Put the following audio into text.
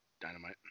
dynamite